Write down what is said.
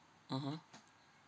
mmhmm